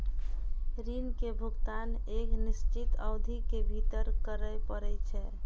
ऋण के भुगतान एक निश्चित अवधि के भीतर करय पड़ै छै